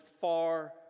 far